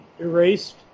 erased